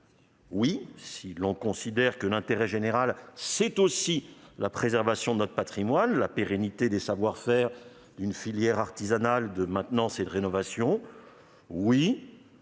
Oui, si l'on considère que l'intérêt général nécessite aussi la préservation de notre patrimoine et la pérennité des savoir-faire d'une filière artisanale de maintenance et de rénovation.